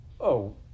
Oh